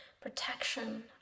protection